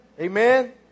Amen